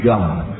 God